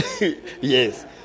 Yes